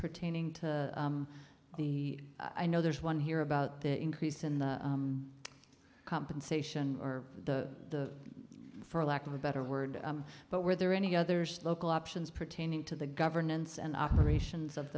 pertaining to the i know there's one here about the increase in the compensation or the for lack of a better word but were there any other local options pertaining to the governance and operations of